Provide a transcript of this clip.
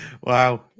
Wow